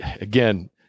again